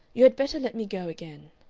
you had better let me go again.